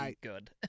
good